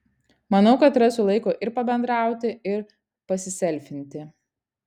manau kad rasiu laiko ir pabendrauti ir pasiselfinti